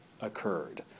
occurred